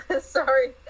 Sorry